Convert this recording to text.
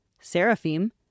Seraphim